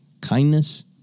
kindness